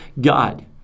God